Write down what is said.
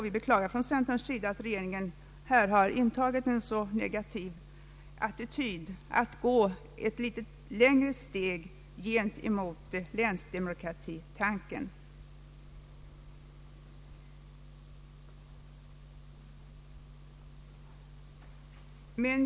Vi från centern beklagar att regeringen intagit en så negativ attityd när det gäller att gå ett steg längre på länsdemokratitankens väg.